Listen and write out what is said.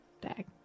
dag